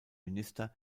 minister